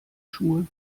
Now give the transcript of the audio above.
schuhe